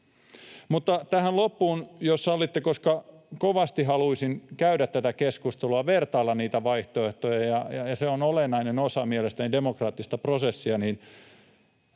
Mutta tähän loppuun, jos sallitte, kovasti haluaisin käydä tätä keskustelua, vertailla niitä vaihtoehtoja. Se on mielestäni olennainen osa demokraattista prosessia. Niin